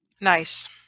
Nice